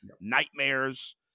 nightmares